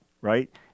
right